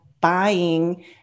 buying